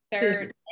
third